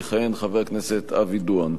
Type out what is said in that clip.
יכהן חבר הכנסת אבי דואן.